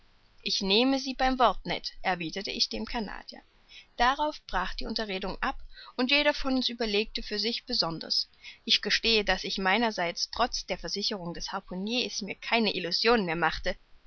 ich nehme sie beim wort ned erwiderte ich dem canadier darauf brach die unterredung ab und jeder von uns überlegte für sich besonders ich gestehe daß ich meinerseits trotz der versicherungen des harpuniers mir keine illusion mehr machte